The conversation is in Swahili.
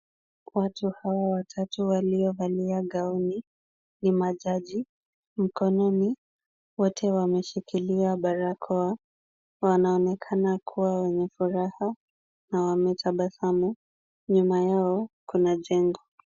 Watu hawa watatu waliovalia magauni ni majaji. Mkononi, wote wameshikilia barakoa. Wanaonekana kuwa wenye furaha na wametabasamu. Nyuma yao kuna jengo.